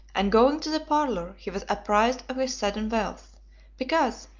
and going to the parlour he was apprised of his sudden wealth because,